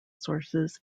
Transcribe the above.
sources